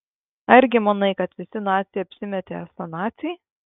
argi manai kad visi naciai apsimetė esą naciai